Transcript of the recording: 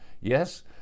Yes